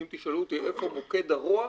אם תשאלו אותי איפה מוקד הרוע,